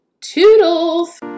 Toodles